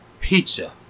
pizza